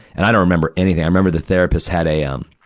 and i don't remember anything. i remember the therapist had a, um,